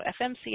FMCA